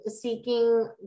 seeking